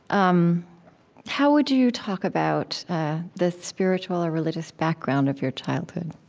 um how would you talk about the spiritual or religious background of your childhood?